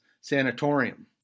sanatorium